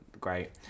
great